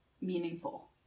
meaningful